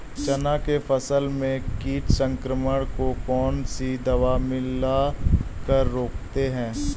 चना के फसल में कीट संक्रमण को कौन सी दवा मिला कर रोकते हैं?